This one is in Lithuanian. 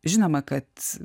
žinoma kad